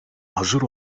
hazır